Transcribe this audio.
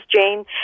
Jane